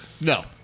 No